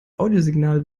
audiosignal